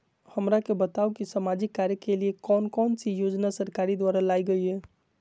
हमरा के बताओ कि सामाजिक कार्य के लिए कौन कौन सी योजना सरकार द्वारा लाई गई है?